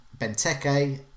Benteke